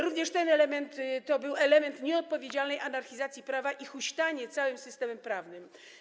Również ten element to był element nieodpowiedzialnej anarchizacji prawa, huśtanie całym systemem prawnym.